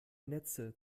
netze